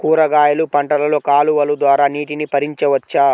కూరగాయలు పంటలలో కాలువలు ద్వారా నీటిని పరించవచ్చా?